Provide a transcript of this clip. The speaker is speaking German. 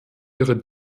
ihre